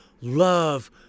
Love